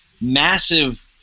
massive